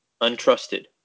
untrusted